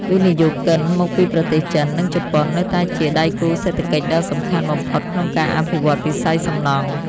វិនិយោគិនមកពីប្រទេសចិន និងជប៉ុននៅតែជាដៃគូសេដ្ឋកិច្ចដ៏សំខាន់បំផុតក្នុងការអភិវឌ្ឍវិស័យសំណង់។